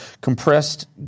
compressed